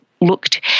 looked